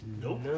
Nope